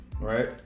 right